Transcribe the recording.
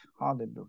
Hallelujah